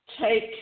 take